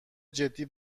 جدی